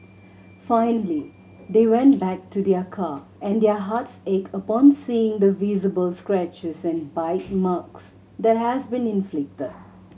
finally they went back to their car and their hearts ached upon seeing the visible scratches and bite marks that has been inflicted